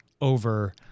over